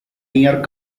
near